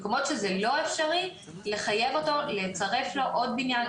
מקומות שזה לא אפשרי לחייב אותו לצרף לו עוד בניין,